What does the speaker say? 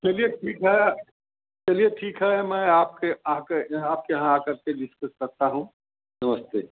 चलिए ठीक है चलिए ठीक है मैं आपके आके यहाँ आपके यहाँ आ करके डिस्कस करता हूँ नमस्ते